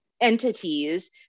entities